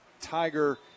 Tiger